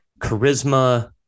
charisma